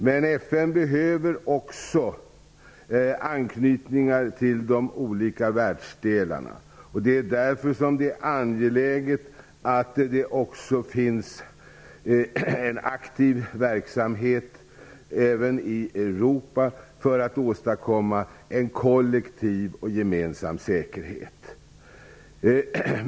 Men FN behöver också anknytningar till de olika världsdelarna. Det är därför som det är angläget att det också finns en aktiv verksamhet även i Europa för att åstadkomma en kollektiv och gemensam säkerhet.